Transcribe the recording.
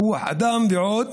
בכוח אדם ועוד,